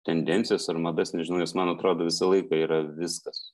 tendencijas ar madas nežinau nes man atrodo visą laiką yra viskas